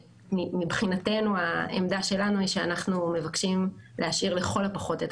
העמדה שלנו היא שאנחנו מבקשים להשאיר לכל הפחות את